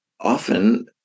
often